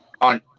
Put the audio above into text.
On